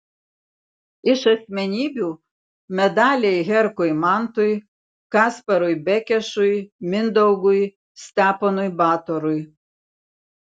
iš asmenybių medaliai herkui mantui kasparui bekešui mindaugui steponui batorui